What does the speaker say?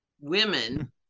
women